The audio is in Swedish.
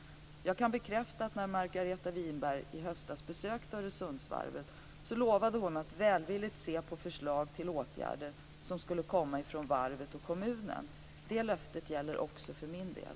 Jag kan bekräfta att när Margareta Winberg i höstas besökte Öresundsvarvet lovade hon att se välvilligt på förslag till åtgärder från varvet och kommunen. Det löftet gäller också för min del.